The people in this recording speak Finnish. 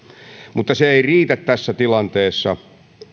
mutta se ei riitä tässä tilanteessa